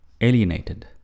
alienated